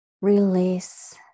release